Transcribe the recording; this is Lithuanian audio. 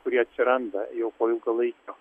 kurie atsiranda jau po ilgalaikio